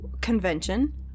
Convention